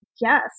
Yes